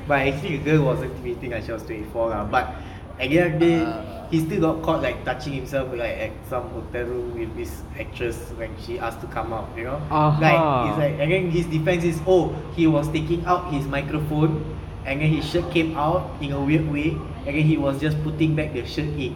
but actually the girl wasn't fifteen ah she was twenty four lah but at the end of the day he still got caught like touching himself like at some hotel room with this actress when she asked to come up you know like it's like his defense is oh he was taking out his microphone and then his shirt came out in a weird way and then he was just putting back the shirt in